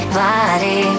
body